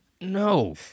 no